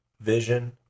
vision